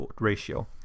ratio